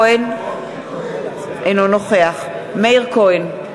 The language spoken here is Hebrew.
אינו נוכח מאיר כהן,